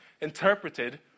interpreted